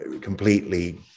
completely